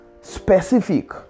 specific